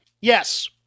Yes